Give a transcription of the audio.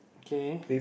okay